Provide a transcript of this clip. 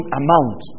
amount